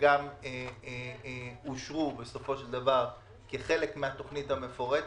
וגם אושרו בסופו של דבר כחלק מהתוכנית המפורטת.